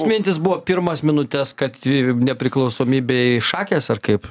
mintys buvo pirmas minutes kad ir nepriklausomybei šakės ar kaip